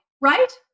right